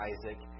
Isaac